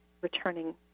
returning